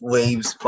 Waves